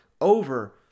Over